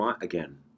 again